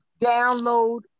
download